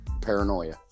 paranoia